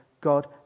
God